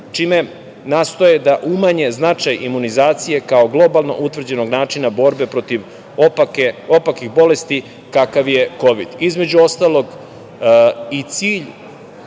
čime nastoje da umanje značaj imunizacije kao globalno utvrđenog načina borbe protiv opakih bolesti kakav je kovid?